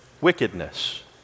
wickedness